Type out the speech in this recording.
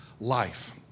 life